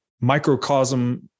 microcosm